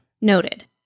noted